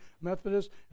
Methodist